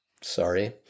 sorry